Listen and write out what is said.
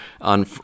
on